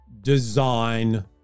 design